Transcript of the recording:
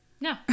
no